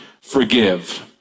forgive